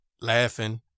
laughing